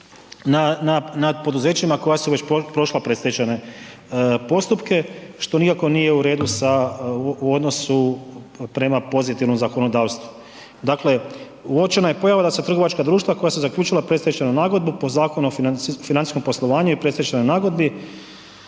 nad poduzećima koja su već prošla predstečajne postupke, što nikako nije u redu sa, u odnosu prema pozitivnom zakonodavstvu. Dakle, uočena je pojava da se trgovačka društva koja su zaključila predstečajnu nagodbu po Zakonu o financijskom poslovanju i predstečajnoj nagodbi,